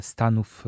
Stanów